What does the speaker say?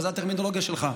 אבל זו הטרמינולוגיה שלך.